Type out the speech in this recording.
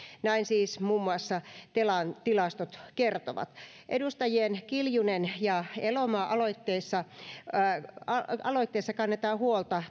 näin siis muun muassa telan tilastot kertovat edustajien kiljunen ja elomaa aloitteissa todella kannetaan huolta